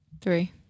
three